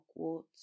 Hogwarts